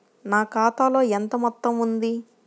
నా ఖాతాలో ఎంత మొత్తం ఉంది?